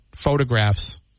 photographs